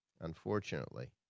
unfortunately